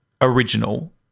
original